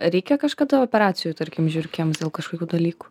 reikia kažkada operacijų tarkim žiurkėms dėl kažkokių dalykų